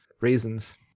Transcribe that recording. Raisins